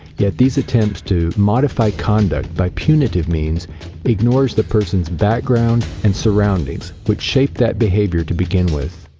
yet these attempts to modify conduct by punitive means ignores the person's background and surroundings which shape that behavior to begin with.